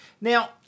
Now